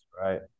Right